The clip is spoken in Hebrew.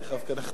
למה אתה בוכה?